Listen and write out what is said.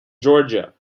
georgia